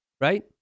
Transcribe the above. Right